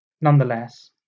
Nonetheless